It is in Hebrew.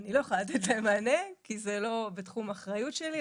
אני לא יכולה לתת להם מענה כי זה לא בתחום האחריות שלי,